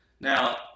Now